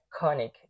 iconic